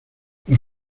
los